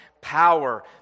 power